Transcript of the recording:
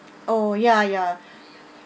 oh ya ya